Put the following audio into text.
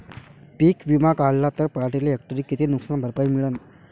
पीक विमा काढला त पराटीले हेक्टरी किती नुकसान भरपाई मिळीनं?